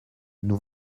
nous